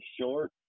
short